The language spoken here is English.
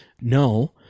No